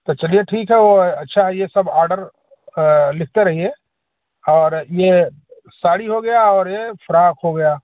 तो चलिए ठीक है अच्छा है यह सब ऑर्डर लिखते रहिए और यह साड़ी हो गया और यह फ्राॅक हो गया